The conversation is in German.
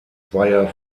zweier